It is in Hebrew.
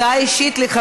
40 בעד, 46 נגד.